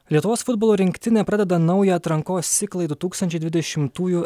lietuvos futbolo rinktinė pradeda naują atrankos ciklą į du tūkstančiai dvidešimtųjų